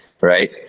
right